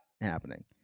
happening